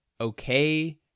okay